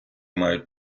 мають